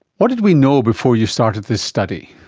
what did we know before you started this study?